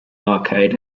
arcade